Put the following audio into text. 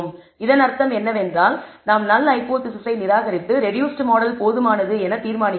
இதன் அர்த்தம் என்னவென்றால் நாம் நல் ஹைபோதேசிஸ்ஸை நிராகரித்து ரெடூஸ்ட் மாடல் போதுமானது என தீர்மானிக்க வேண்டும்